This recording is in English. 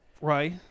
Right